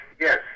yes